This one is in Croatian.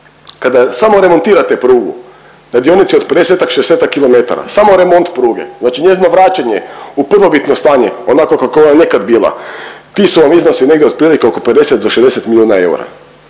Kada samo remontirate prugu na dionici od 50-tak, 60-tak kilometara, samo remont pruge, znači njezino vraćanje u prvobitno stanje onako kako je ona nekad bila ti su vam iznosi negdje otprilike oko 50 do 60 milijuna eura.